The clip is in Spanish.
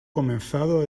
comenzado